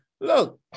Look